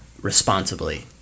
responsibly